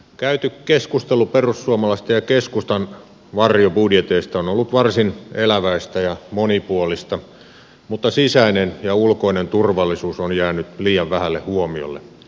käyty keskustelu perussuomalaisten ja keskustan varjobudjeteista on ollut varsin eläväistä ja monipuolista mutta sisäinen ja ulkoinen turvallisuus on jäänyt liian vähälle huomiolle